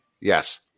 Yes